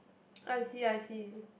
I see I see